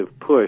push